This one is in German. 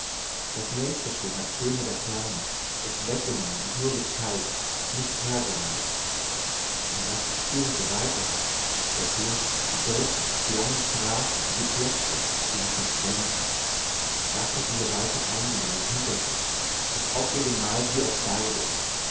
das nächste schon hat töne der ferne ist weggenommen und nur gezeigt nicht hergereicht und was beziehung zur weite hat der fluß die brücken die langen straßen und die plätze die sich verschwenden das hat diese weite eingenommen hinter sich ist auf ihr gemalt wie auf seide